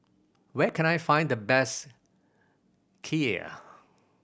where can I find the best Kheer